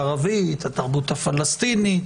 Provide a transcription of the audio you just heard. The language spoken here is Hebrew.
הערבית, התרבות הפלסטינית,